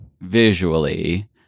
visually